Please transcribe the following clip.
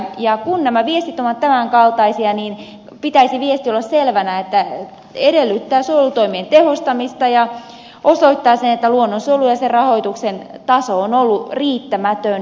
kun nämä viestit ovat tämän kaltaisia niin pitäisi olla selvä että tämä edellyttää suojelutoimien tehostamista ja osoittaa sen että luonnonsuojelu ja sen rahoituksen taso on ollut riittämätön